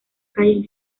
calles